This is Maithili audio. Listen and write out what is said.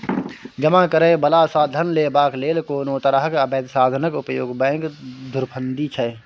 जमा करय बला सँ धन लेबाक लेल कोनो तरहक अबैध साधनक उपयोग बैंक धुरफंदी छै